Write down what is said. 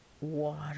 water